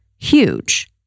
huge